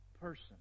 person